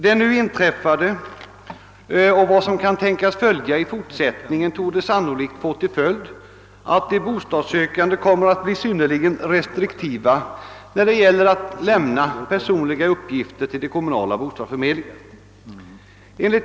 Det nu inträffade och vad som kan tänkas följa torde leda till att de bostadssökande blir synnerligen restriktiva när det gäller att lämna personliga uppgifter till de kommunala bostadsförmedlingarna.